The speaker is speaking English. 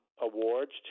awards